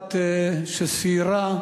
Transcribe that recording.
במשלחת שסיירה,